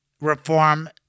reform